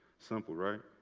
simple, right?